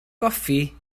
goffi